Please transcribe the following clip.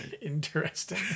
interesting